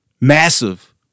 massive